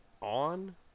on